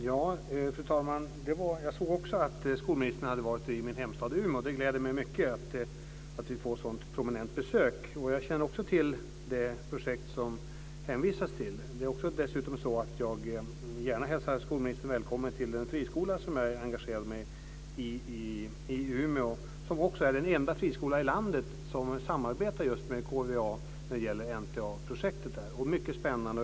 Fru talman! Jag såg också att skolministern hade varit i min hemstad Umeå. Det gläder mig mycket att vi får ett sådant prominent besök. Jag känner också till det projekt som det hänvisas till. Dessutom hälsar jag gärna skolministern välkommen till den friskola som jag engagerade mig i i Umeå. Det är den enda friskola i landet som samarbetar just med KVA när det gäller NTA-projektet. Det är mycket spännande.